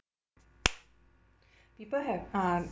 people have uh